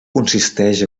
consisteix